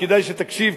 כדאי שתקשיב,